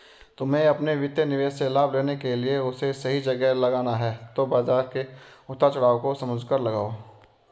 तुम्हे अपने वित्तीय निवेश से लाभ लेने के लिए उसे सही जगह लगाना है तो बाज़ार के उतार चड़ाव को समझकर लगाओ